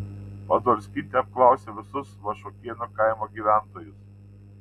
podolskytė apklausė visus vašuokėnų kaimo gyventojus